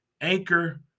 Anchor